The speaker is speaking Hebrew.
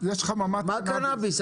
מה קנביס,